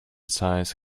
science